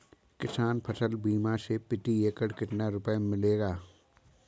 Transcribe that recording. किसान फसल बीमा से प्रति एकड़ कितना रुपया मिलेगा?